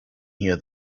here